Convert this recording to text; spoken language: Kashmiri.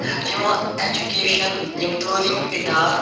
یِمہٕ ایجوکیٚشن یِم تٲلیٖم اِدار